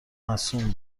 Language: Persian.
مصون